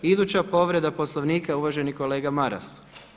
Iduća povreda Poslovnika je uvaženi kolega Maras.